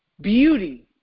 beauty